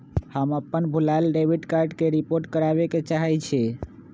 हम अपन भूलायल डेबिट कार्ड के रिपोर्ट करावे के चाहई छी